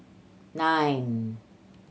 nine